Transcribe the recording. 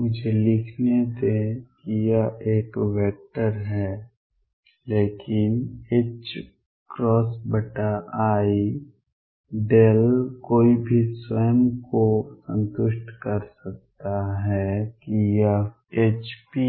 मुझे लिखने दें कि यह एक वेक्टर है लेकिन i कोई भी स्वयं को संतुष्ट कर सकता है कि यह Hp